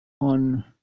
on